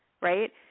right